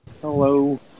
Hello